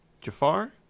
Jafar